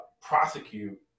prosecute